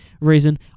reason